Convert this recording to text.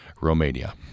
Romania